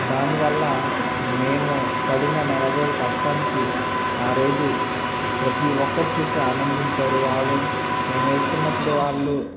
దానివల్ల మేము పడిన నెల రోజులు కష్టానికి ఆ రోజు ప్రతి ఒక్కరు చూసి ఆనందించారు వారు మేమేస్తున్నప్పుడు వాళ్ళు